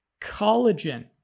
collagen